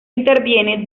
interviene